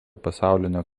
pasaulinio